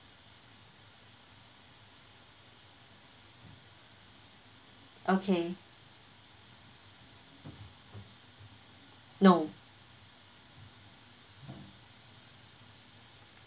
okay no